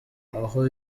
aho